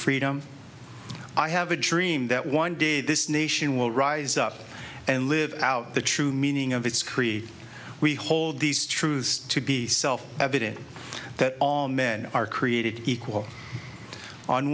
freedom i have a dream that one day this nation will rise up and live out the true meaning of its creed we hold these truths to be self evident that all men are created equal on